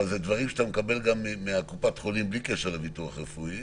אבל זה דברים שאתה מקבל גם מקופת החולים בלי קשר לביטוח רפואי,